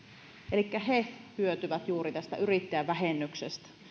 elikkä he hyötyvät juuri tästä yrittäjävähennyksestä